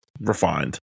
refined